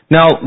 Now